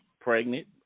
pregnant